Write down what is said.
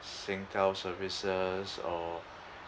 singtel services or